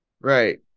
Right